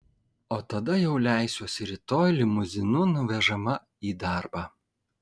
o tada jau leisiuosi rytoj limuzinu nuvežama į darbą